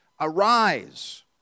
Arise